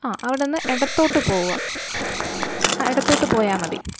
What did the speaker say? ആ അവിടെ നിന്ന് ഇത്തോട്ട് പോവുക ആ ഇടത്തോട്ട് പോയാൽ മതി